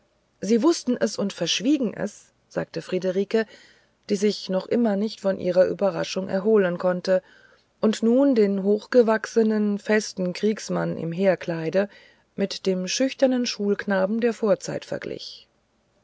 sie wußten es und verschwiegen es sagte friederike die sich noch immer nicht von ihrer überraschung erholen konnte und nun den hochgewachsenen festen kriegsmann im heerkleide mit dem schüchternen schulknaben der vorzeit verglich